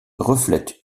reflètent